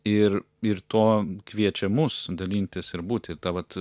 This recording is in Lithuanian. ir ir tuo kviečia mus dalintis ir būti ir ta vat